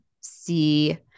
see